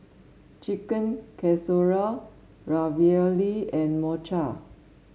Chicken Casserole Ravioli and Mochi